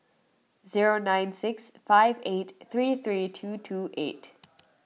zero nine six five eight three three two two eight